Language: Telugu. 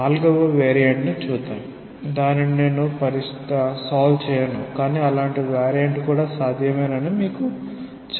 నాల్గవ వేరియంట్ను పరిశీలిద్దాం దానిని నేను పరిష్కరించను కానీ అలాంటి వేరియంట్ కూడా సాధ్యమేనని మీకు చెప్తాను